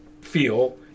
feel